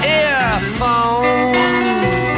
earphones